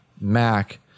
Mac